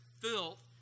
filth